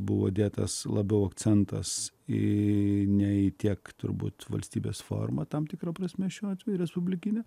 buvo dėtas labiau akcentas į ne tiek turbūt valstybės forma tam tikra prasme šiuo atveju respublikinę